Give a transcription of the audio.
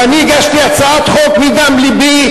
ואני הגשתי הצעת חוק מדם לבי,